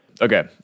Okay